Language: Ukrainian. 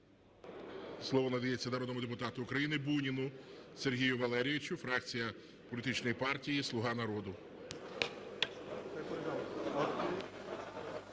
Слово надається народному депутату України Буніну Сергію Валерійовичу, фракція політичної партії "Слуга народу".